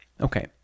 Okay